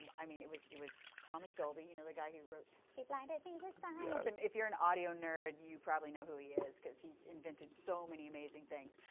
i mean, it was it was thomas dolby, you know the guy who wrote, she blinded me with science. and if you're an audio nerd, you probably know who he is because he's invented so many amazing things.